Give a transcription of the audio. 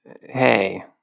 hey